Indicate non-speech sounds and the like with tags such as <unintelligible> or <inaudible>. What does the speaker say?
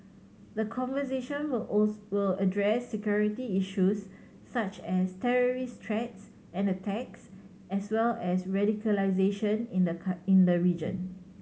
the conversation will <unintelligible> will address security issues such as terrorist threats and attacks as well as radicalisation in the <unintelligible> in the region